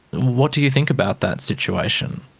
what do you think about that situation?